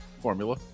formula